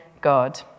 God